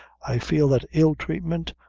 i feel that ill-treatment,